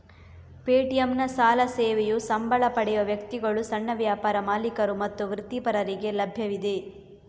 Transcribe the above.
ಪೇಟಿಎಂನ ಸಾಲ ಸೇವೆಯು ಸಂಬಳ ಪಡೆಯುವ ವ್ಯಕ್ತಿಗಳು, ಸಣ್ಣ ವ್ಯಾಪಾರ ಮಾಲೀಕರು ಮತ್ತು ವೃತ್ತಿಪರರಿಗೆ ಲಭ್ಯವಿದೆ